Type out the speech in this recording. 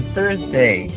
Thursday